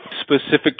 specific